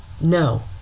No